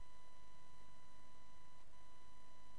מג'די, שרשויות